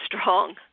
strong